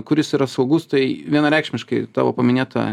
kuris yra saugus tai vienareikšmiškai tavo paminėta